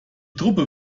truppe